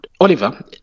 Oliver